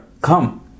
Come